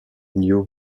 new